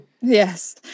Yes